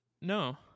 No